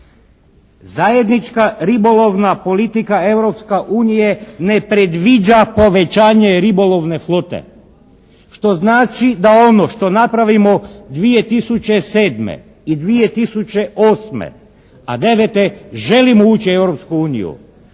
Zajednička ribolovna politika Europske unije ne predviđa povećanje ribolovne flote što znači da ono što napravimo 2007. i 2008., a 2009. želimo ući u